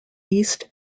east